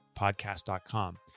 podcast.com